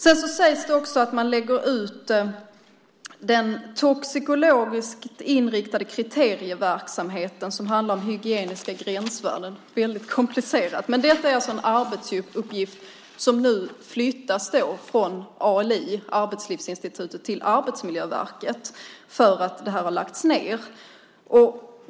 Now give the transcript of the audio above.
Det sägs också att man lägger ut den toxikologiskt inriktade kriterieverksamheten som handlar om hygieniska gränsvärden. Det är väldigt komplicerat, men detta är alltså en arbetsuppgift som nu flyttas från ALI, Arbetslivsinstitutet, till Arbetsmiljöverket för att det här har lagts ned.